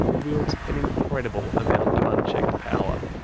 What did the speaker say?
wields an incredible amount of unchecked power.